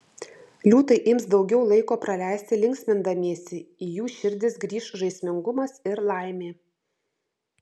liūtai ims daugiau laiko praleisti linksmindamiesi į jų širdis grįš žaismingumas ir laimė